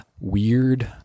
weird